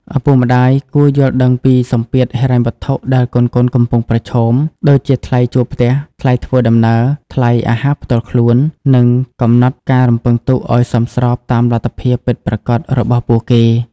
ឪពុកម្ដាយគួរយល់ដឹងពីសម្ពាធហិរញ្ញវត្ថុដែលកូនៗកំពុងប្រឈម ដូចជាថ្លៃជួលផ្ទះ ថ្លៃធ្វើដំណើរ ថ្លៃអាហារផ្ទាល់ខ្លួន និងកំណត់ការរំពឹងទុកឱ្យសមស្របតាមលទ្ធភាពពិតប្រាកដរបស់ពួកគេ។